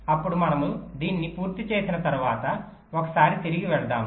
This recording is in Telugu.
ఇప్పుడు మనము దీన్ని పూర్తి చేసిన తర్వాత ఒకసారి తిరిగి వెల్దాము